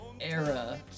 era